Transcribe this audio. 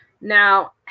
now